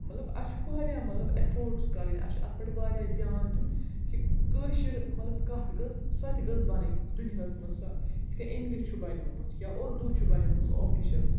مطلب اَسہِ چھُ وارِیاہ مطلب اٮ۪فٲٹٕس کَرٕنۍ اَسہِ چھُ اَتھ پٮ۪ٹھ وارِیاہ دیان دیُن کہِ کٲشِر مطلب کَتھ گٔژھ سۄ تہِ گٔژھ بَنٕنۍ دُنیاہَس منٛز سۄ یِتھ کٔنۍ اِنٛگلِش چھُ بَنیومُت یا اُردو چھُ بَنیومُت آفِشَل